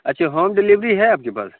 اچھا home delivery ہے آپ کے پاس